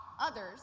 others